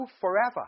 forever